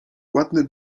ładny